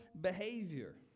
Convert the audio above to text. behavior